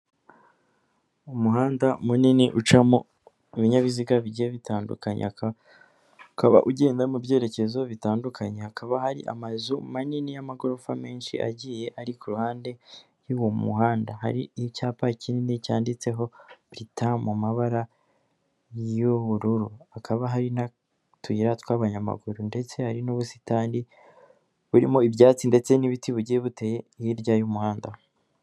Umuhanda munini ucamo ibinyabiziga bigiye bitandukan ukaba ugenda mu byerekezo bitandukanye hakaba hari amazu manini y'amagorofa menshi agiye ari ku ruhande y'uwo muhanda hari icyapa kinini cyanditseho buritamu mu mabara y'ubururu hakaba hari n'utuyira tw'abanyamaguru ndetse hari n'ubusitani burimo ibyatsi ndetse n'ibiti bugiye buteye hirya y'umuhanda.